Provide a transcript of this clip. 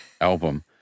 album